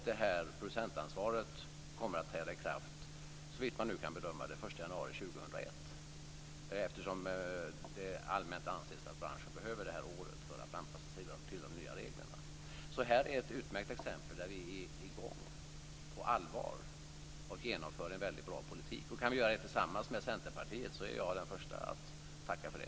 Det här producentansvaret kommer, såvitt man nu kan bedöma det, att träda i kraft den 1 januari 2001, eftersom det allmänt anses att branschen behöver det här året för att anpassa sig till de nya reglerna. Här är ett utmärkt exempel på att vi är i gång på allvar och genomför en väldigt bra politik. Kan vi göra det tillsammans med Centerpartiet så är jag den förste att tacka för det.